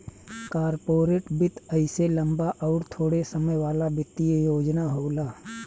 corporate वित्त अइसे लम्बा अउर थोड़े समय वाला वित्तीय योजना होला